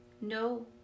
No